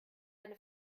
eine